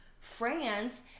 France